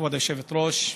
כבוד היושבת-ראש,